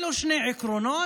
אלה שני עקרונות,